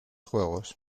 juegos